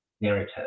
narrative